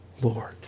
Lord